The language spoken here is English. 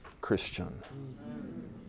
Christian